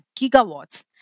gigawatts